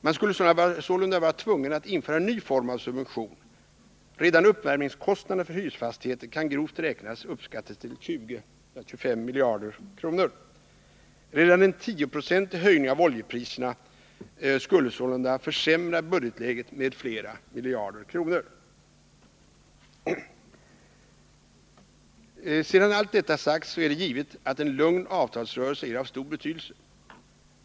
Man skulle sålunda vara tvungen att införa en ny form av subvention. Redan uppvärmningskostnaderna för hyresfastigheter kan grovt räknat uppskattas till 20-25 miljarder kronor. Redan en 10-procentig höjning av oljepriserna skulle sålunda försämra budgetläget med flera miljarder kronor. Sedan allt detta sagts kan man konstatera att det är givet att en lugn avtalsrörelse är av stor betydelse.